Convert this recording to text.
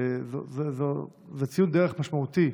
זה ציון דרך משמעותי,